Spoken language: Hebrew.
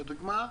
לדוגמה,